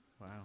Wow